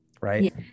Right